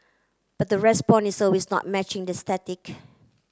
but the response is always not matching that statistic